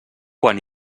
quan